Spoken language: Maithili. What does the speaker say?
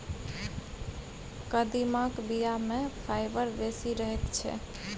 कदीमाक बीया मे फाइबर बेसी रहैत छै